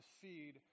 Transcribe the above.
feed